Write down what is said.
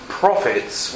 profits